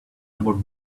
about